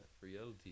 reality